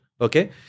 Okay